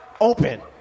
open